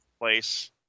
place